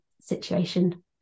situation